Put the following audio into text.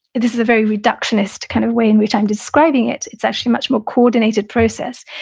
this is a very reductionist kind of way in which i'm describing it, it's actually much more coordinated process.